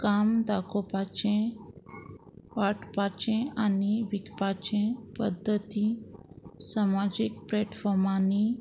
काम दाखोवपाचें वाटपाचें आनी विकपाचें पद्दती समाजीक प्लेटफॉर्मांनी